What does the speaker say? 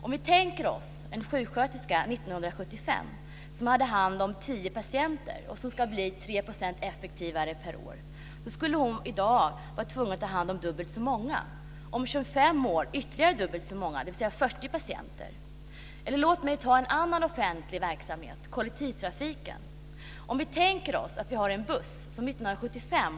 En sjuksköterska som 1995 hade hand om tio patienter och som ska bli 3 % effektivare per år skulle i dag vara tvungen att ha hand om dubbelt så många patienter. Om 25 år skulle antalet patienter uppgå till det dubbla, dvs. 40 patienter.